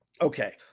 Okay